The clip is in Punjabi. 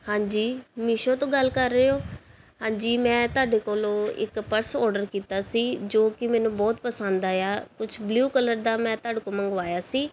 ਹਾਂਜੀ ਮਿਸ਼ੋ ਤੋਂ ਗੱਲ ਕਰ ਰਹੇ ਹੋ ਹਾਂਜੀ ਮੈਂ ਤੁਹਾਡੇ ਕੋਲੋਂ ਇੱਕ ਪਰਸ ਅੋਰਡਰ ਕੀਤਾ ਸੀ ਜੋ ਕਿ ਮੈਨੂੰ ਬਹੁਤ ਪਸੰਦ ਆਇਆ ਕੁਛ ਬਲੂ ਕਲਰ ਦਾ ਮੈਂ ਤੁਹਾਡੇ ਕੋਲੋਂ ਮੰਗਵਾਇਆ ਸੀ